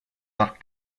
dal